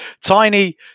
Tiny